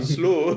slow